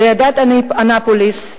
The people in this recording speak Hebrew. ועידת אנאפוליס,